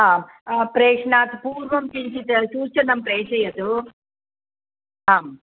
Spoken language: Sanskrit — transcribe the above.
आं प्रेषणात् पूर्वं किञ्चित् सूचनां प्रेषयतु आम्